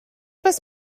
was